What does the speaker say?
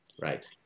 Right